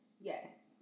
Yes